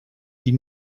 die